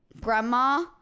grandma